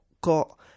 got